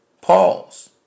Pause